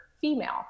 female